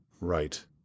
Right